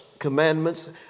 Commandments